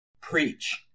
Preach